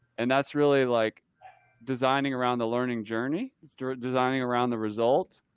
and that's really like designing around the learning journey, designing around the result,